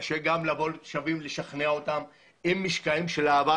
קשה גם לבוא לתושבים ולשכנע אותם עם המשקעים של העבר